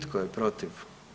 Tko je protiv?